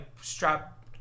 strap